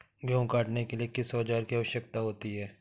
गेहूँ काटने के लिए किस औजार की आवश्यकता होती है?